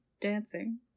dancing